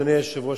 אדוני היושב-ראש,